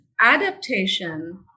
Adaptation